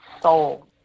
soul